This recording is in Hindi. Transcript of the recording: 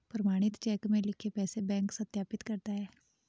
प्रमाणित चेक में लिखे पैसे बैंक सत्यापित करता है